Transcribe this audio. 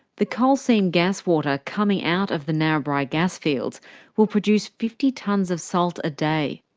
the coal seam gas water coming out of the narrabri gasfields will produce fifty tonnes of salt a day.